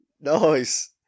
Nice